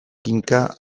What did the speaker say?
kinka